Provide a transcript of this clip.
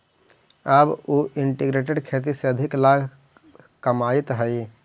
अब उ इंटीग्रेटेड खेती से अधिक लाभ कमाइत हइ